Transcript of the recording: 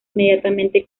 inmediatamente